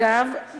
אגב,